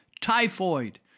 typhoid